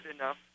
enough